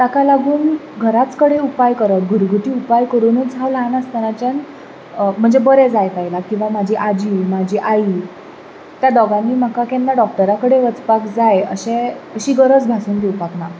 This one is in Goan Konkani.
ताका लागून घराच कडेन उपाय करप घरगूती उपाय करूनूच हांव ल्हान आसतनाच्यान म्हणजे बरें जायत आयलां किंवां म्हाजी आजी म्हाजी आई त्या दोगांनीय म्हाका केन्ना डॉक्टरा कडेन वचपाक जाय अशें असी गरज भासूंक दिवपाक ना